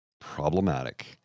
problematic